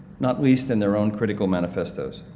not least in their own critical manifestos.